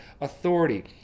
authority